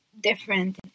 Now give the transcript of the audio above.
different